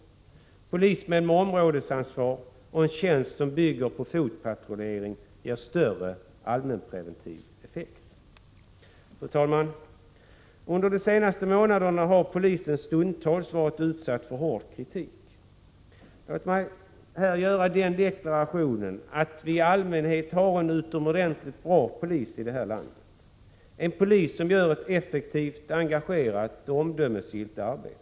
Polismän med områdesansvar och en tjänst som bygger på fotpatrullering ger större allmänpreventiv effekt. Fru talman! Under de senaste månaderna har polisen stundtals varit utsatt för hård kritik. Låt mig här göra den deklarationen att polisen i detta land i allmänhet är utomordentligt bra. Det är en polis som gör ett effektivt, engagerat och omdömesgillt arbete.